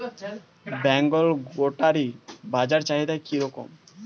Bengal goatery বাজার চাহিদা কি রকম?